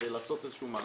על יושבי-הראש.